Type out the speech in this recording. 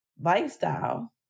lifestyle